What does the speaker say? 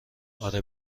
آره